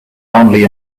only